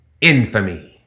Infamy